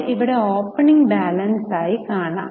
അത് ഇവിടെ opening balance ആയി കാണാം